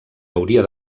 hauria